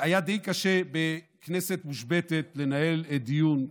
היה די קשה בכנסת מושבתת לנהל דיון,